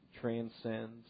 transcends